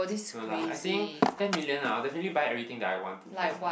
no lah I think ten million I will definitely buy everything that I want to first lah